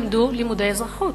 למדו לימודי אזרחות.